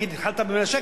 התחלת ב-100,